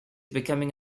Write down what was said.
becoming